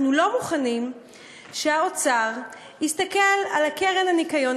אנחנו לא מוכנים שהאוצר יסתכל על הקרן לשמירת הניקיון